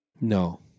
No